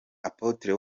apotre